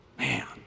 man